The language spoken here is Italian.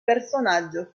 personaggio